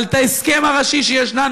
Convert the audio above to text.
אבל את ההסכם הראשי שיש לנו,